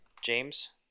James